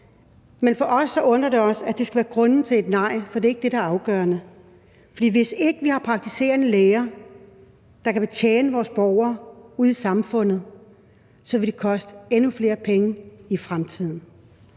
men det undrer os, at det skal være grunden til et nej, for det er ikke det, der er afgørende. For hvis ikke vi har praktiserende læger, der kan betjene vores borgere ude i samfundet, vil det koste endnu flere penge i fremtiden.